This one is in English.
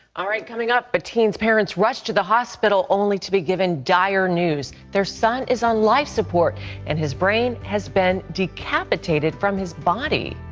ah coming up, a teen's parents rush to the hospital only to be given dire news. their son is on life support and his brain has been decapitated from his body.